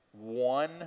One